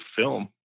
film